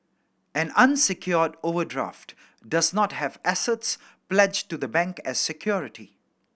an unsecured overdraft does not have assets pledged to the bank as security